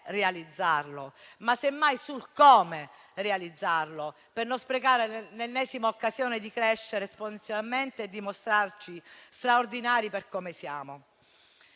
realizzarlo, ma semmai sul come realizzarlo, per non sprecare l'ennesima occasione di crescere esponenzialmente e di mostrarci straordinari per come siamo.